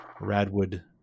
Radwood